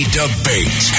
debate